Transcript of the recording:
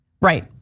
right